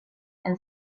and